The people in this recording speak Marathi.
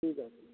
ठीक आहे